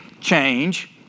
change